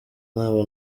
nabwo